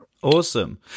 Awesome